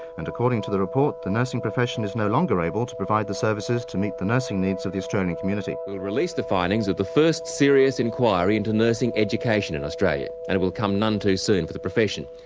and according to the report, the nursing profession is no longer able to provide the services to meet the nursing needs of the australian community. will release the findings of the first serious inquiry into nursing education in australia. and it will come none too soon for the profession.